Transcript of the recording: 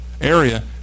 area